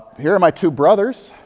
here are my two brothers.